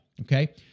okay